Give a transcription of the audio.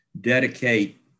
dedicate